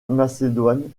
macédoine